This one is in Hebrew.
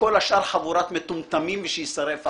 וכל השאר חבורת מטומטמים ושיישרף העולם.